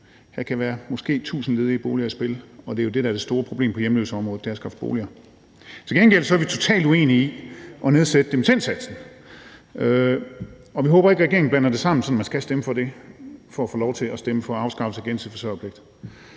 der kan måske komme 1.000 ledige boliger i spil, og det, der er det store problem på hjemløseområdet, er at skaffe boliger. Til gengæld er vi totalt uenige i, at dimittendsatsen skal nedsættes, og vi håber ikke, at regeringen blander tingene sammen, sådan at man skal stemme for det for at få lov til at stemme for afskaffelsen af gensidig forsørgerpligt.